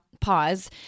pause